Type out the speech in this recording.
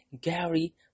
gary